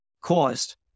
caused